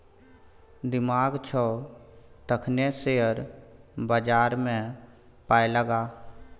दिमाग छौ तखने शेयर बजारमे पाय लगा